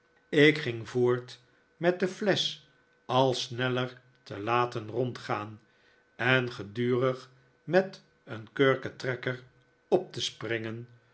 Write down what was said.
ik ging voort met de flesch al sneller te laten rondgaan en gedurig met een kurketrekker op te springen